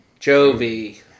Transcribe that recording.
Jovi